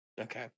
Okay